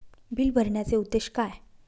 Bill भरण्याचे उद्देश काय?